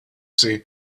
see